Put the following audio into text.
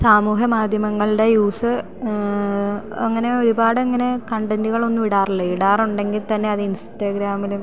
സാമൂഹ്യ മാധ്യമങ്ങളുടെ യൂസ് അങ്ങനെ ഒരുപാടങ്ങനെ കണ്ടൻ്റുകളൊന്നും ഇടാറില്ല ഇടാറുണ്ടെങ്കിൽ തന്നെ അത് ഇൻസ്റ്റഗ്രാമിലും